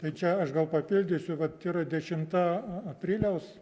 tai čia aš gal papildysiu vat yra dešimta apriliaus